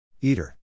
Eater